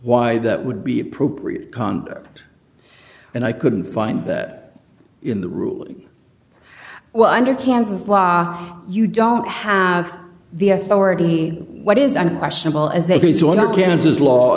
why that would be appropriate conduct and i couldn't find that in the ruling well under kansas law you don't have the authority what is on a questionable